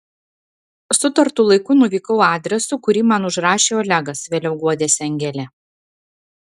sutartu laiku nuvykau adresu kurį man užrašė olegas vėliau guodėsi angelė